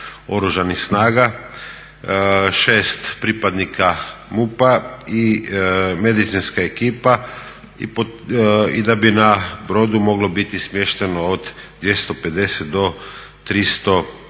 6 pripadnika MUP-a i medicinska ekipa i da bi na brodu moglo biti smješteno od 250 do 300